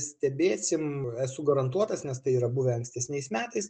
stebėsim esu garantuotas nes tai yra buvę ankstesniais metais